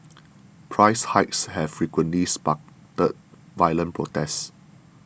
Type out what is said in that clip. price hikes have frequently sparked violent protests